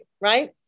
right